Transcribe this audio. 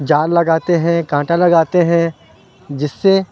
جال لگاتے ہیں کانٹا لگاتے ہیں جس سے